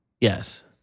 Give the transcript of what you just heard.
Yes